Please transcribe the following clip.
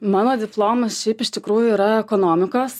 mano diplomas šiaip iš tikrųjų yra ekonomikos